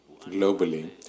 globally